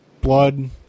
blood